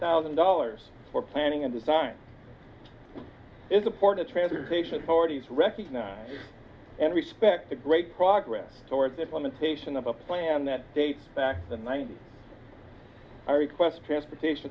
thousand dollars for planning and design is important transportation authority to recognize and respect the great progress towards implementation of a plan that dates back to the ninety's i request transportation